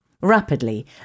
Rapidly